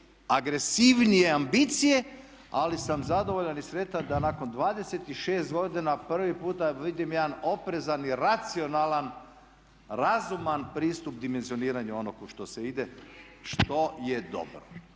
agresivnije ambicije, ali sam zadovoljan i sretan da nakon 26 godina prvi puta vidim jedan oprezan i racionalan, razuman pristup dimenzioniranju onog u što se ide, što je dobro.